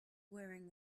wearing